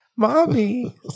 Mommy